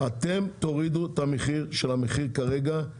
אתם תורידו את המחיר של החלב,